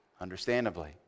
Understandably